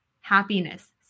Happiness